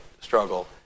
struggle